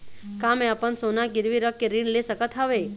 का मैं अपन सोना गिरवी रख के ऋण ले सकत हावे?